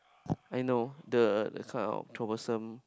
I know the the kind of troublesome